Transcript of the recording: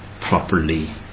properly